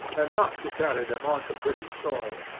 and not to carry them on to british soil.